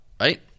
Right